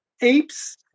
apes